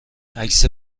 عکس